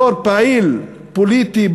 בתור פעיל פוליטי,